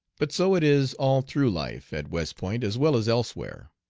but so it is all through life, at west point as well as elsewhere.